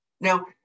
now